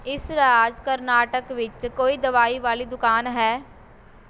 ਇਸ ਰਾਜ ਕਰਨਾਟਕ ਵਿੱਚ ਕੋਈ ਦਵਾਈ ਵਾਲੀ ਦੁਕਾਨ ਹੈ